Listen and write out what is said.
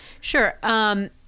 Sure